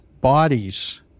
bodies